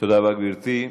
תודה רבה, גברתי.